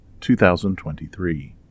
2023